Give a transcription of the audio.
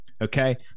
Okay